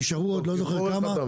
נשארו עוד לא זוכר כמה.